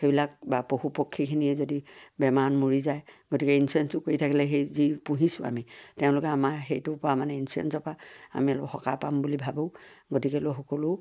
সেইবিলাক বা পশু পক্ষীখিনিয়ে যদি বেমাৰত মৰি যায় গতিকে ইঞ্চুৰেঞ্চটো কৰি থাকিলে সেই যি পুহিছোঁ আমি তেওঁলোকে আমাৰ সেইটোৰপৰা মানে ইঞ্চুৰেঞ্চটোৰপৰা আমি অলপ সকাহ পাম বুলি ভাবোঁ গতিকেলৈ সকলো